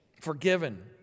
forgiven